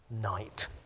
night